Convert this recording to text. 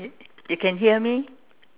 you can hear me